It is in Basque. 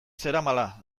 zeramala